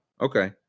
okay